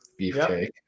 beefcake